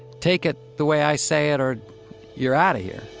take it the way i say it or you're out of here